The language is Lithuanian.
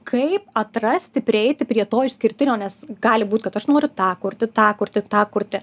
kaip atrasti prieiti prie to išskirtinio nes gali būt kad aš noriu tą kurti tą kurti tą kurti